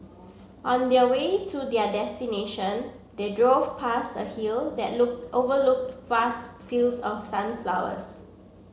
on the way to their destination they drove past a hill that look overlooked vast fields of sunflowers